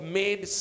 made